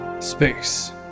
space